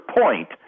point